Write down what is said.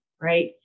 right